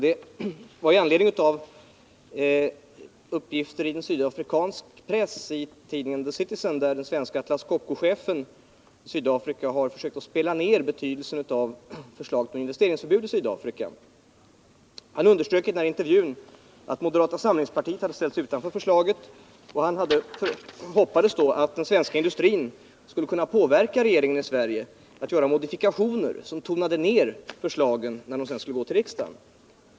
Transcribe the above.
Jag ställde den med anledning av vissa uppgifter i sydafrikansk press - i tidningen The Citizen. Den svenska Atlas Copco-chefen i Sydafrika har där försökt tona ned betydelsen av förslaget om investeringsförbud i Sydafrika. Han understryker i intervjun att moderata samlingspartiet ställt sig utanför förslaget. Han hoppas att den svenska industrin skall kunna påverka regeringen i Sverige att göra modifikationer som tonar ned förslagen när de sedan skall gå till riksdagen.